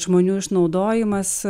žmonių išnaudojimas